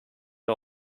are